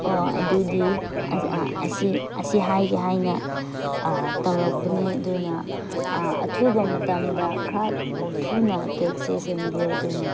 ꯑꯣ ꯑꯗꯨꯗꯤ ꯑꯁꯤ ꯑꯁꯤ ꯍꯥꯏꯒꯦ ꯍꯥꯏꯅ ꯇꯧꯔꯛꯄꯅꯦ ꯑꯗꯨꯅ ꯑꯊꯨꯕ ꯃꯇꯝꯗ ꯈꯔ ꯊꯨꯅ ꯀꯦꯛꯁꯦ ꯁꯦꯝꯕꯤꯌꯣ ꯑꯗꯨꯅ